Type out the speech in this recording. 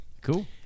Cool